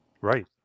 Right